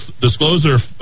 disclosure